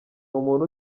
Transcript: umuntu